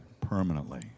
permanently